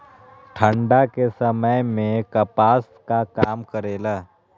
ठंडा के समय मे कपास का काम करेला?